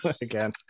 again